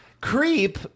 Creep